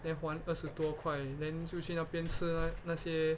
then one 二十多块 then 就去那边吃那些